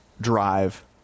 drive